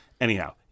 Anyhow